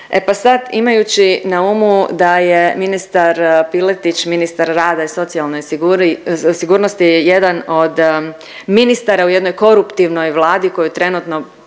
E pa sad, imajući na umu da je ministar Piletić ministar rada i socijalne sigurnosti jedan od ministara u jednoj koruptivnoj vladi koju trenutno